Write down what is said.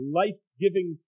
life-giving